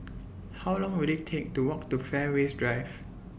How Long Will IT Take to Walk to Fairways Drive